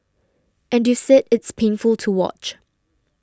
and you said it's painful to watch